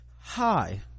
Hi